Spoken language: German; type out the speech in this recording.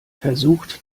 versucht